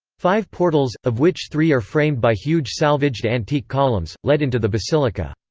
five portals, of which three are framed by huge salvaged antique columns, lead into the basilica.